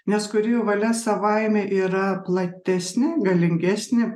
nes kūrėjo valia savaime yra platesnė galingesnė